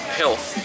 health